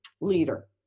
leader